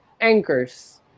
anchors